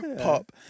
Pop